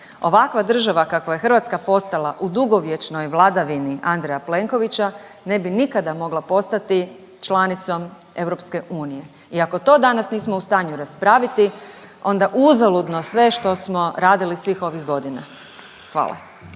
Ovakva država kakva je Hrvatska postala u dugovječnoj vladavini Andreja Plenkovića ne bi nikada mogla postati članicom EU i ako to danas nismo u stanju raspraviti onda uzaludno sve što smo radili svih ovih godina. Hvala.